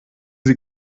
sie